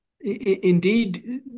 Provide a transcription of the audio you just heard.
indeed